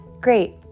great